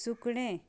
सुकणें